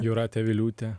jūratė viliūtė